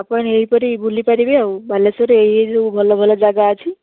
ଆପଣ ଏଇପରି ବୁଲିପାରିବେ ଆଉ ବାଲେଶ୍ୱରରେ ଏଇ ଏଇ ସବୁ ଭଲ ଭଲ ଜାଗା ଅଛି